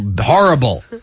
horrible